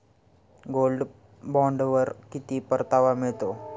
Gold बॉण्डवर किती परतावा मिळतो?